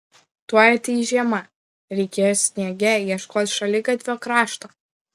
tuoj ateis žiema reikės sniege ieškoti šaligatvio krašto